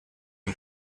und